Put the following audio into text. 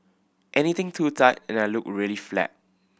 anything too tight and I look really flat